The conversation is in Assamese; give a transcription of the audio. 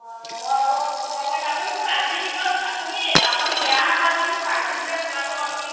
হয় হয় মই বাৰু চেষ্টা কৰিম আপুনি মোক আজিৰ ভিতৰত আপুনি আপুনি বেয়া নাপাই যদি মোক আজিৰ ভিতৰত চোলাটো